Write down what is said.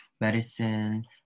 medicine